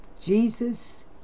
Jesus